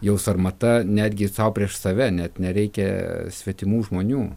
jau sarmata netgi sau prieš save net nereikia svetimų žmonių